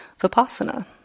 Vipassana